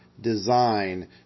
Design